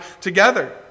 together